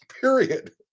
Period